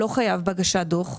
הוא לא חייב בהגשת דוח,